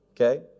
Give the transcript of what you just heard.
Okay